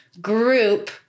group